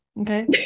Okay